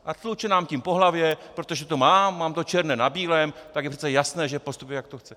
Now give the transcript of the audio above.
A tluče nám tím po hlavě, protože to mám, mám to černé na bílém, tak je přece jasné, že postupuji, jak to chce...